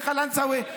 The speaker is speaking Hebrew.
בקלנסווה,